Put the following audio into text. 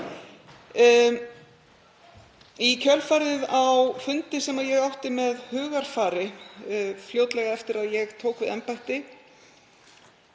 Í kjölfarið á fundi sem ég átti með Hugarfari fljótlega eftir að ég tók við embætti